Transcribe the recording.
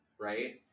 right